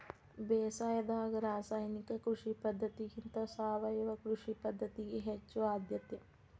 ಬೇಸಾಯದಾಗ ರಾಸಾಯನಿಕ ಕೃಷಿ ಪದ್ಧತಿಗಿಂತ ಸಾವಯವ ಕೃಷಿ ಪದ್ಧತಿಗೆ ಹೆಚ್ಚು ಆದ್ಯತೆ